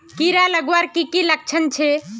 कीड़ा लगवार की की लक्षण छे?